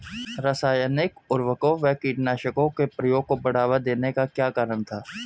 रासायनिक उर्वरकों व कीटनाशकों के प्रयोग को बढ़ावा देने का क्या कारण था?